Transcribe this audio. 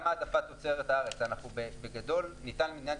גם העדפת תוצרת הארץ בגדול ניתן למדינת